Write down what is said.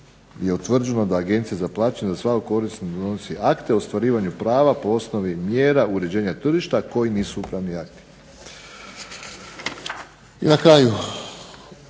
I na kraju,